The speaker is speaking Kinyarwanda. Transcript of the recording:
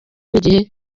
n’igihe